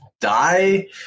die